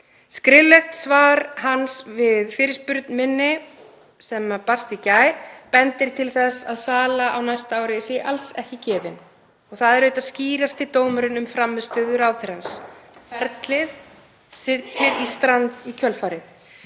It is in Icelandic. Skriflegt svar hans við fyrirspurn minni sem barst í gær bendir til þess að sala á næsta ári sé alls ekki gefin. Það er auðvitað skýrasti dómurinn um frammistöðu ráðherrans. Ferlið sigldi í strand í kjölfarið.